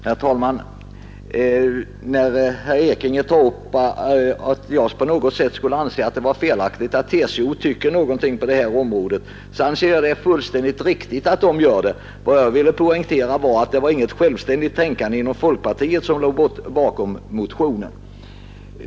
Herr talman! När herr Ekinge hävdar att jag på något sätt skulle anse att det var felaktigt att TCO tycker någonting på detta område vill jag framhålla att jag finner det fullständigt riktigt att TCO här har en åsikt. Jag ville bara poängtera att det var inget självständigt tänkande inom folkpartiet som låg bakom motionen.